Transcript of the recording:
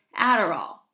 Adderall